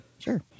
Sure